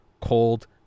cold